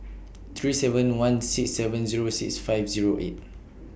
three seven one six seven Zero six five Zero eight